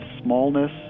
smallness